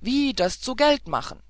wie das zu geld machen